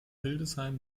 hildesheim